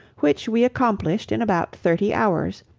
which we accomplished in about thirty hours,